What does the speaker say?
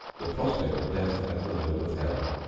the prospect of death and the hope of hell.